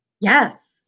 Yes